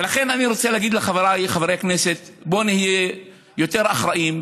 ולכן אני רוצה להגיד לחבריי חברי הכנסת: בואו נהיה יותר אחראיים,